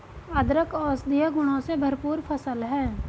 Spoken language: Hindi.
अदरक औषधीय गुणों से भरपूर फसल है